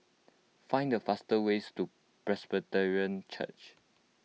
find the fastest ways to Presbyterian Church